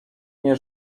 nie